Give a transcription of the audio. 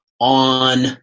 on